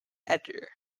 editor